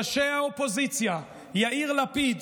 של ראשי האופוזיציה, יאיר לפיד,